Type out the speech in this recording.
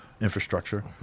infrastructure